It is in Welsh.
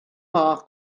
math